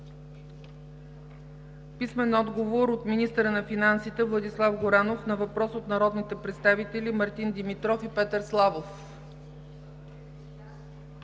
Петър Славов; - министъра на финансите Владислав Горанов на въпрос от народните представители Мартин Димитров и Петър Славов;